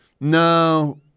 no